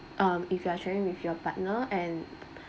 um if you are traveling with your partner and